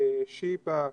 שיבא,